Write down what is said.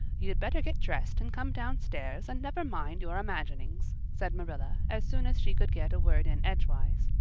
you'd better get dressed and come down-stairs and never mind your imaginings, said marilla as soon as she could get a word in edgewise.